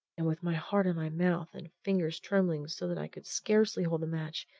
and with my heart in my mouth and fingers trembling so that i could scarcely hold the match,